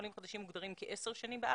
עולים חדשים מוגדרים כעשר שנים בארץ.